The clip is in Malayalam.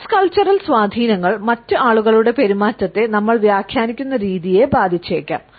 ക്രോസ് കൾച്ചറൽ സ്വാധീനങ്ങൾ മറ്റ് ആളുകളുടെ പെരുമാറ്റത്തെ നമ്മൾ വ്യാഖ്യാനിക്കുന്ന രീതിയെ ബാധിച്ചേക്കാം